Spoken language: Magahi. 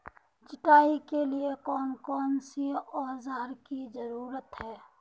सिंचाई के लिए कौन कौन से औजार की जरूरत है?